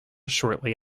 shortly